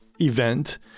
event